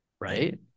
Right